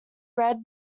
read